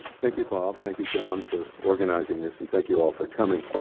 thank you bob, thank you john for organizing this and thank you all for coming.